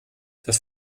das